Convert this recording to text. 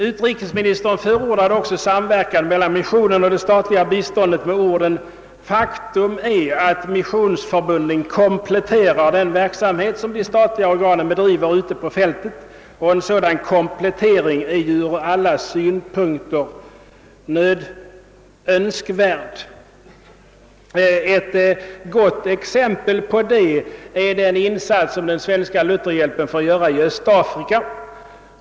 Utrikesministern förordade också samverkan mellan missionen och den statliga biståndsverksamheten med orden: »Faktum är att missionsförbunden kompletterar den verksamhet som de statliga organen bedriver ute på fältet, och en sådan komplettering är ju ur alla synpunkter önskvärd.» Ett bra exempel på det är den insats som Svenska Lutherhjälpen får göra i Östafrika.